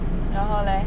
然后 leh